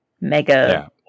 mega